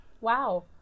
wow